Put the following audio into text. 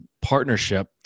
partnership